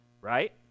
right